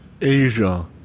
Asia